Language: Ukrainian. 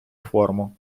форму